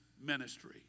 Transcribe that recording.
ministry